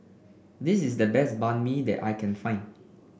this is the best Banh Mi that I can find